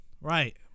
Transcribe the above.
Right